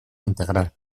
integral